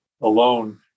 alone